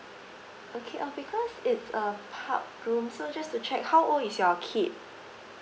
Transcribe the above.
okay uh because it's a pub room so just to check how old is your kid